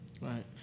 Right